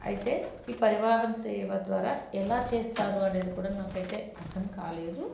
అయితే ఈ పరివాహన సేవ ద్వారా ఎలా చేస్తారు అనేది కూడా నాకైతే అర్థం కాలేదు